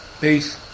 Peace